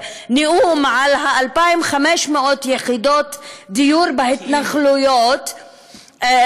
נאום פה על 2,500 יחידות הדיור בהתנחלויות, כאילו.